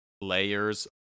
layers